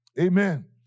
amen